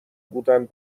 بودند